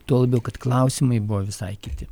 tuo labiau kad klausimai buvo visai kiti